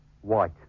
White